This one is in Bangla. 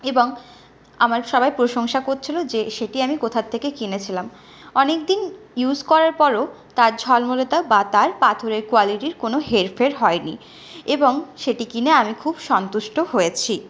এবং আমার সবাই প্রশংসা করছিলো যে সেটি আমি কোথা থেকে কিনেছিলাম অনেকদিন ইউজ করার পরও তার ঝলমলতা বা তার পাথরের কোয়ালিটির কোনও হেরফের হয়নি এবং সেটি কিনে আমি খুব সন্তুষ্ট হয়েছি